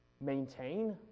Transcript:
maintain